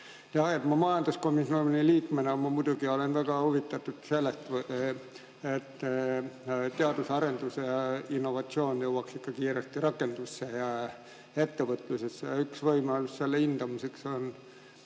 Ma majanduskomisjoni liikmena muidugi olen väga huvitatud sellest, et teadus- ja arendustöö ning innovatsioon jõuaks kiiresti rakendusse ja ettevõtlusesse. Üks võimalus selle hindamiseks on